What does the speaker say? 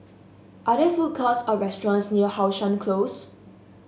are there food courts or restaurants near How Sun Close